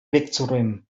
wegzuräumen